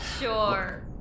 Sure